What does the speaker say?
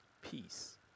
peace